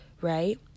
right